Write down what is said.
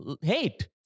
hate